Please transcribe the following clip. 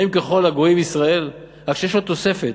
האם ככל הגויים ישראל רק שיש לו תוספת